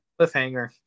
cliffhanger